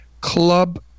Club